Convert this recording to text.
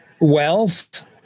wealth